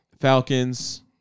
Falcons